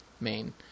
main